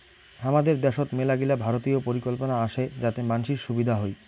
হামাদের দ্যাশোত মেলাগিলা ভারতীয় পরিকল্পনা আসে যাতে মানসির সুবিধা হই